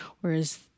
Whereas